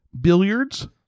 billiards